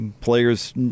players